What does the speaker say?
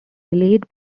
relayed